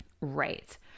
Right